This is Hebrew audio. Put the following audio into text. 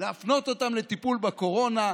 להפנות אותם לטיפול בקורונה,